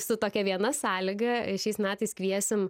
su tokia viena sąlyga šiais metais kviesim